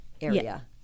area